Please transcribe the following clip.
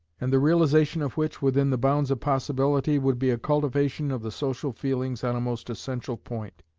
and the realization of which, within the bounds of possibility, would be a cultivation of the social feelings on a most essential point.